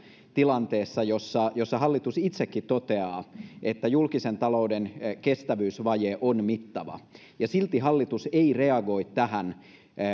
tilanteessa jossa jossa hallitus itsekin toteaa että julkisen talouden kestävyysvaje on mittava ja silti hallitus ei reagoi tähän